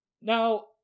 Now